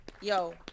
yo